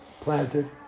planted